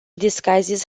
disguises